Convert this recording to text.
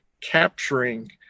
capturing